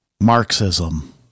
Marxism